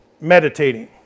meditating